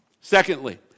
Secondly